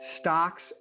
stocks